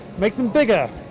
make them bigger.